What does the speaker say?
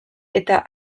eta